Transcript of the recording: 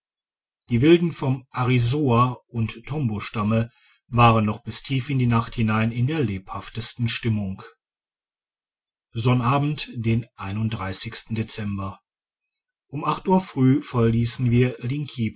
die wilden vom arisoa und tombostamme waren noch bis tief in die nacht hinein in der lebhaftesten stimmung sonnabend den dezember um acht uhr früh verliessen wir